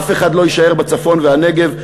אף אחד לא יישאר בצפון ובנגב,